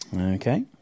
Okay